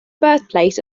birthplace